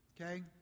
okay